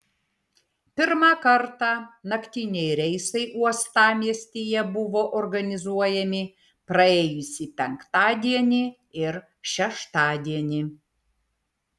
pirmą kartą naktiniai reisai uostamiestyje buvo organizuojami praėjusį penktadienį ir šeštadienį